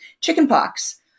chickenpox